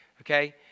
Okay